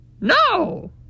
No